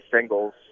singles